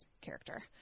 character